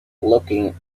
looking